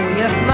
yes